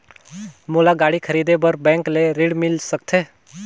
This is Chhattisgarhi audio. मोला गाड़ी खरीदे बार बैंक ले ऋण मिल सकथे?